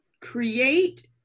create